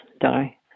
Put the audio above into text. die